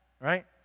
right